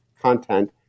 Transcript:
content